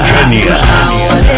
Kenya